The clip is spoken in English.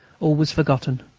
all was forgotten,